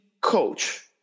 coach